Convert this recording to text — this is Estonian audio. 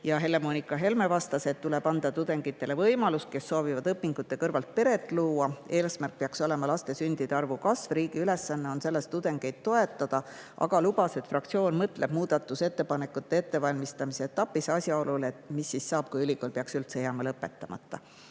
Helle-Moonika Helme vastas, et tuleb anda tudengitele võimalus, kui nad soovivad õpingute kõrvalt peret luua. Eesmärk peaks olema laste sündide arvu kasv, riigi ülesanne on selles tudengeid toetada. Aga ta lubas, et fraktsioon mõtleb muudatusettepanekute ettevalmistamise etapil asjaolule, mis siis saab, kui ülikool peaks üldse jääma lõpetamata.